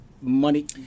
Money